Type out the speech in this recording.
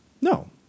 no